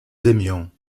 aimions